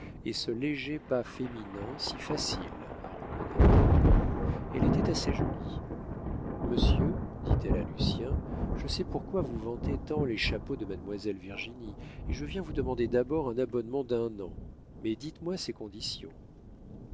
et ce léger pas féminin si facile à reconnaître elle était assez jolie monsieur dit-elle à lucien je sais pourquoi vous vantez tant les chapeaux de mademoiselle virginie et je viens vous demander d'abord un abonnement d'un an mais dites-moi ses conditions